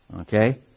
Okay